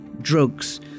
drugs